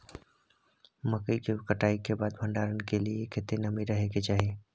मकई के कटाई के बाद भंडारन के लिए केतना नमी रहै के चाही?